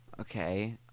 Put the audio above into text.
okay